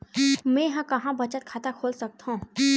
मेंहा कहां बचत खाता खोल सकथव?